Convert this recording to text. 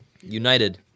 United